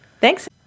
thanks